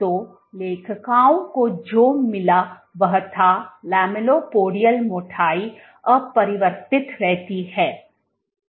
तो लेखकों को जो मिला वह था लैमेलिपोडियल मोटाई अपरिवर्तित रहती है